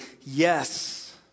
yes